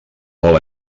molt